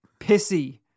Pissy